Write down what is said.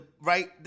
right